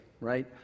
right